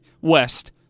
West